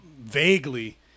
vaguely